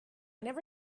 never